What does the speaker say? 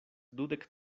dudek